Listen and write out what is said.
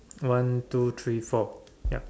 one two three four ya